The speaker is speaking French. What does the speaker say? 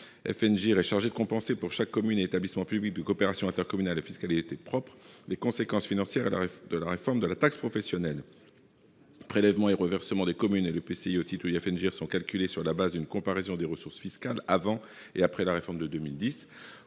(FNGIR) est chargé de compenser, pour chaque commune et établissement public de coopération intercommunale (EPCI) à fiscalité propre, les conséquences financières de la réforme de la taxe professionnelle. Les prélèvements ou les reversements des communes et EPCI au titre du FNGIR sont calculés sur la base d'une comparaison des ressources fiscales avant et après la réforme de 2010.